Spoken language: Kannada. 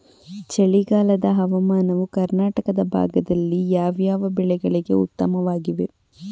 ಚಳಿಗಾಲದ ಹವಾಮಾನವು ಕರ್ನಾಟಕದ ಭಾಗದಲ್ಲಿ ಯಾವ್ಯಾವ ಬೆಳೆಗಳಿಗೆ ಉತ್ತಮವಾಗಿದೆ?